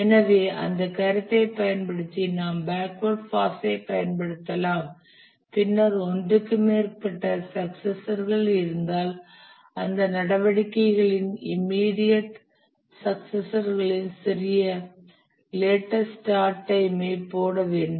எனவே அந்த கருத்தைப் பயன்படுத்தி நாம் பேக்வேர்ட் பாஸைத் பயன்படுத்தலாம் பின்னர் ஒன்றுக்கு மேற்பட்ட சக்சசர்கள் இருந்தால் அந்த நடவடிக்கைகளின் இம்மீடியட் சக்சசர்களின் சிறிய லேட்டஸ்ட் ஸ்டார்ட் டைமை போட வேண்டும்